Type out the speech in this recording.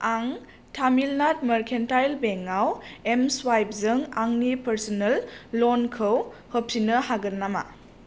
आं तामिलनाद मारकेन्टाइल बेंकआव एमस्वाइफजों आंनि पार्सनेल लनखौ होफिन्नो हागोन नामा